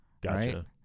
gotcha